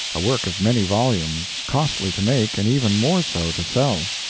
a work of many volumes, costly to make and even more so to sell.